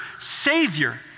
savior